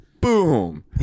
boom